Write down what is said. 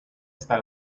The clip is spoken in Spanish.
esta